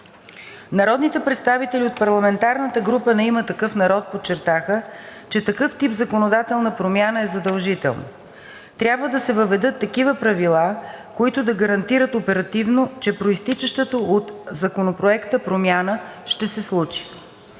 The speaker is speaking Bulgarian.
Народните представители от парламентарната група „Има такъв народ“ подчертаха, че такъв тип законодателна промяна е задължителна. Трябва да се въведат такива правила, които да гарантират оперативно, че произтичащата от Законопроекта промяна ще се случи.